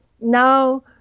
now